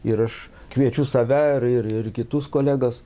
ir aš kviečiu save ir ir kitus kolegas